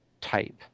type